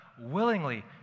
willingly